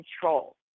control